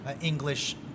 English